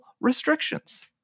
restrictions